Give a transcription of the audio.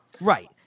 Right